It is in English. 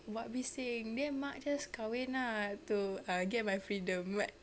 buat bising then mak just kahwin ah just to get my freedom like